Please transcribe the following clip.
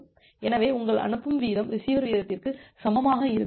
எனவே உங்கள் அனுப்பும் வீதம் ரிசீவர் வீதத்திற்கு சமமாக இருந்தது